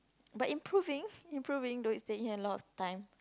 but improving improving though it's taking a lot of time